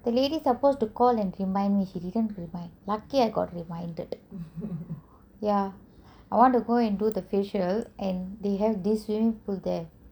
the lady supposed to call and remind me she didn't remind lucky I got reminded ya I want to go and do the facial and they have this swimming pool there